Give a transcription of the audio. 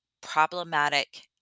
problematic